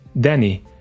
Danny